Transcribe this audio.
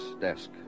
desk